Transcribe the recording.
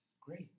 great